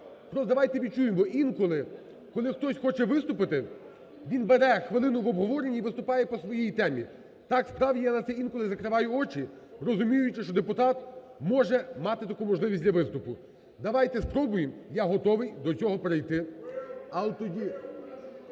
давайте відчуємо: інколи, коли хтось хоче виступити, він бере хвилину в обговоренні і виступає по своїй темі. Так, справді, я на це інколи закриваю очі, розуміючи, що депутат може мати таку можливість для виступу. Давайте спробуємо, я готовий до цього перейти.